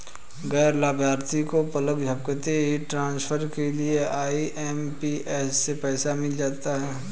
गैर लाभार्थी को पलक झपकते ही ट्रांसफर के लिए आई.एम.पी.एस से पैसा मिल जाता है